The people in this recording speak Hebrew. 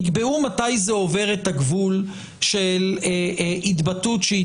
יקבעו מתי זה עובר את הגבול של התבטאות שהיא